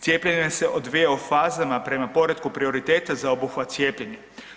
Cijepljenje se odvija u fazama prema poretku prioriteta za obuhvat cijepljenja.